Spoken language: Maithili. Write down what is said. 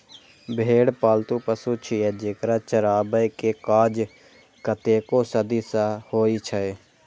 भेड़ पालतु पशु छियै, जेकरा चराबै के काज कतेको सदी सं होइ छै